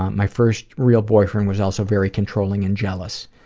my first real boyfriend was also very controlling and jealous.